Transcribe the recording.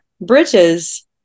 Bridges